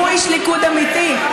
הוא איש ליכוד אמיתי,